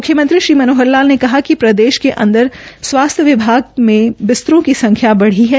मुख्यमंत्री श्री मनोहर लाल ने कहा कि प्रदेश के अन्दर स्वास्थ्य विभाग में नए बिस्तरों की संख्या बढ़ी है